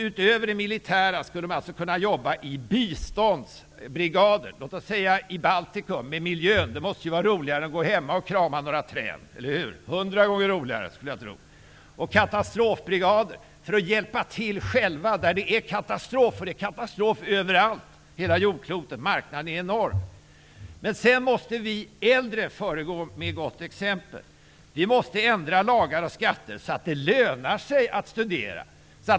Utom i det militära skulle de alltså kunna jobba i biståndsbrigader, låt oss säga med miljön i Baltikum -- det måste ju vara hundra gånger roligare än att gå hemma och krama några träd -- och i katastrofbrigader för att själva hjälpa till vid katastrofer. Och det är katastrof över allt på hela jordklotet -- marknaden är enorm! Vidare måste vi äldre föregå med gott exempel. Vi måste ändra lagar och skatter så att det lönar sig att studera.